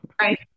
Right